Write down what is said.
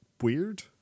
weird